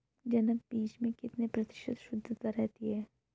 जनक बीज में कितने प्रतिशत शुद्धता रहती है?